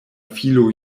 filo